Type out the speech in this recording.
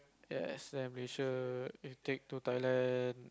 yes then Malaysia if take to Thailand